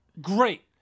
great